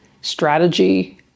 strategy